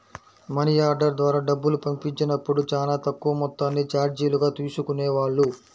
money order ద్వారా డబ్బులు పంపించినప్పుడు చానా తక్కువ మొత్తాన్ని చార్జీలుగా తీసుకునేవాళ్ళు